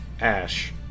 Ash